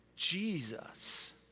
Jesus